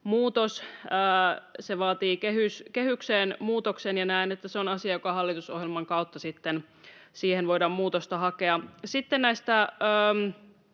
muutos vaatii kehykseen muutoksen, ja näen, että se on asia, johon hallitusohjelman kautta sitten voidaan muutosta hakea. Sitten näistä